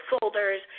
folders